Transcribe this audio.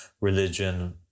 religion